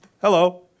hello